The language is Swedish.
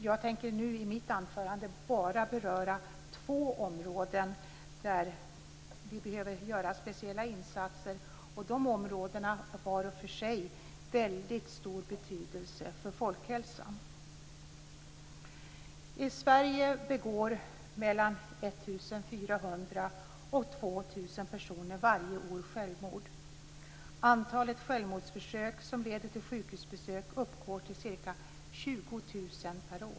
Jag tänker i mitt anförande bara beröra två områden där vi behöver göra speciella insatser, och de områdena har var för sig mycket stor betydelse för folkhälsan. I Sverige begår mellan 1 400 och 2 000 personer varje år självmord. Antalet självmordsförsök som leder till sjukhusbesök uppgår till ca 20 000 år.